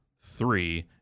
three